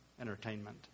entertainment